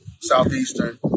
Southeastern